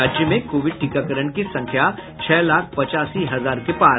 राज्य में कोविड टीकाकरण की संख्या छह लाख पचासी हजार के पार